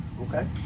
Okay